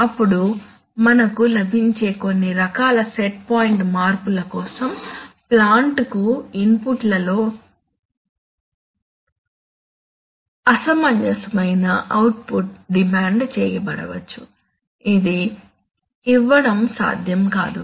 అప్పుడు మనకు లభించే కొన్ని రకాల సెట్ పాయింట్ మార్పుల కోసం ప్లాంట్కు ఇన్పుట్లలో అసమంజసమైన అవుట్పుట్ డిమాండ్ చేయబడవచ్చు అది ఇవ్వడం సాధ్యం కాదు